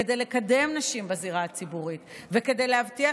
כדי לקדם נשים בזירה הציבורית וכדי להבטיח